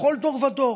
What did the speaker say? בכל דור ודור,